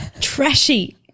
trashy